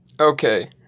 Okay